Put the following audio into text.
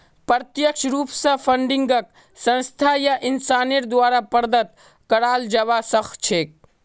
प्रत्यक्ष रूप स फंडिंगक संस्था या इंसानेर द्वारे प्रदत्त कराल जबा सख छेक